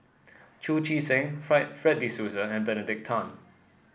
Chu Chee Seng fried Fred De Souza and Benedict Tan